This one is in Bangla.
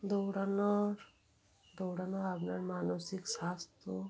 দৌড়ানোর দৌড়ানোর আপনার মানসিক স্বাস্থ্য